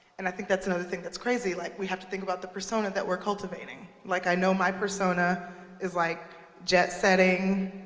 and i think that's another thing that's crazy. like we have to think about the persona that we're cultivating. like i know my personal is like jetsetting,